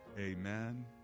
amen